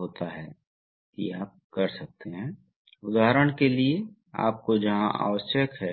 होता है इसलिए यहाँ पंप है फ़िल्टर नाली लाइन है यह राहत वाल्व है जो आमतौर पर पंप के अधिभार संरक्षण के लिए उपयोग किया जाता है